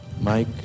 Mike